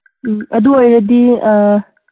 ꯎꯝ ꯑꯗꯨ ꯑꯣꯏꯔꯗꯤ